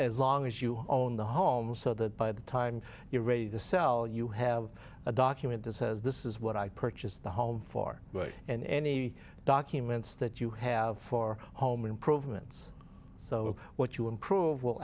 as long as you own the home so that by the time you're ready to sell you have a document that says this is what i purchased the home for and any documents that you have for home improvements so what you improve will